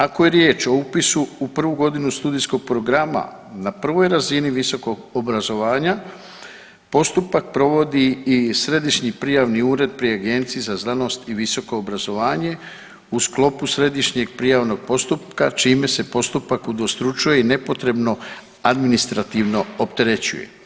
Ako je riječ o upisu u prvu godinu studijskog programa na prvoj razini visokog obrazovanja postupak provodi i središnji prijavni ured pri Agenciji za znanost i visoko obrazovanje u sklopu središnjeg prijavnog postupka čime se postupak udvostručuje i nepotrebno administrativno opterećuje.